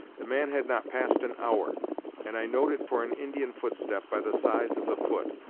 the man had not passed an hour and i know'd it for an indian footstep, by the size of the foot,